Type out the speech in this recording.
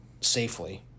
Safely